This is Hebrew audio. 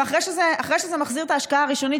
ואחרי שזה מחזיר את ההשקעה הראשונית,